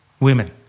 women